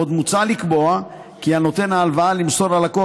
עוד מוצע לקבוע כי על נותן ההלוואה למסור ללקוח